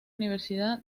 universidad